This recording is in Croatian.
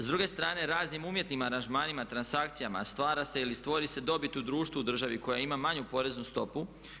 S druge strane raznim umjetnim aranžmanima, transakcijama stvara se ili stvori se dobit u društvu u državi koja ima manju poreznu stopu.